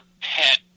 pet